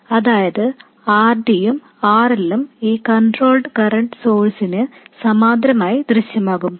അതായത് RD യും RL ഉം ഈ കണ്ട്രോൾട് കറൻറ് സോഴ്സിന് സമാന്തരമായി ദൃശ്യമാകും